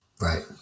right